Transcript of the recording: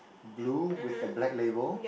blue with a black label